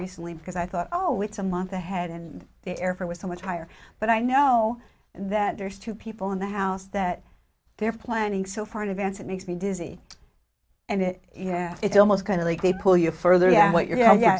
recently because i thought oh it's a month ahead and there for was so much higher but i know that there's two people in the house that they're planning so far in advance it makes me dizzy and it it's almost kind of like they pull you further yeah